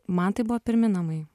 man tai buvo pirmi namai